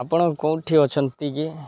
ଆପଣ କେଉଁଠି ଅଛନ୍ତି କି